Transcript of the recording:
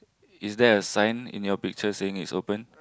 is there a sign in your picture saying is open